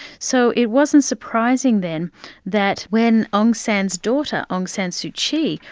so it wasn't surprising then that when aung san's daughter, aung san suu kyi,